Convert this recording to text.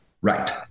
Right